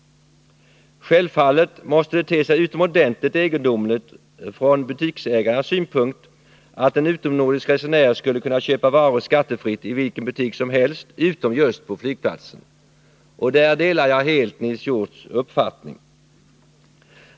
Självfallet måste det te sig utomordentligt egendomligt från butiksägarnas synpunkt att en utomnordisk resenär skulle kunna köpa varor skattefritt i vilken butik som helst utom på just flygplatsen. Där delar jag helt Nils Hjorths uppfattning.